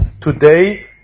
today